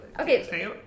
Okay